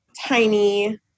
tiny